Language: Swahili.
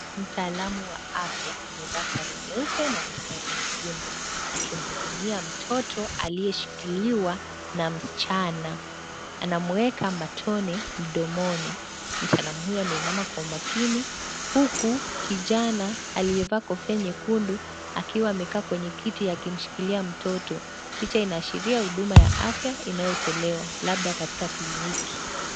Mtaalam wa afya amevaa sare nyeupe na mistari nyekundu akimhudumia mtoto aliyeshikiliwa na msichana. Anamweka matone mdomoni. Mtaalamu huyo ameinama kwa umakini huku kijana aliyevaa kofia nyekundu akiwa amekaa kwenye kiti ya kumshikilia mtoto. Picha inaashiria huduma ya afya inayotolewa labda katika kliniki.